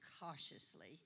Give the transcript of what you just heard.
cautiously